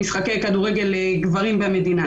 משחקי כדורגל לגברים במדינה.